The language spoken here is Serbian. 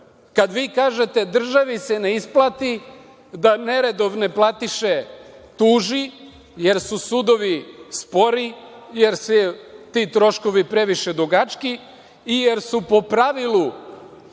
Kad vi kažete – državi se ne isplati da neredovne platiše tuži, jer su sudovi spori, jer su ti troškovi previše dugački i jer su po pravilu